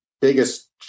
biggest